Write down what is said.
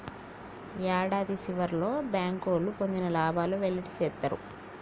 యాడాది సివర్లో బ్యాంకోళ్లు పొందిన లాబాలు వెల్లడి సేత్తారు